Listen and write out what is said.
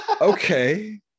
Okay